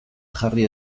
jarri